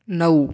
नऊ